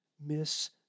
miss